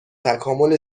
تکامل